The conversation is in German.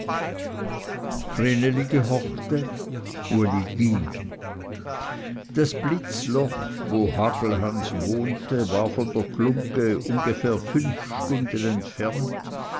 uli ging das blitzloch wo hagelhans wohnte war von der glungge ungefähr fünf stunden entfernt